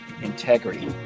integrity